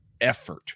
effort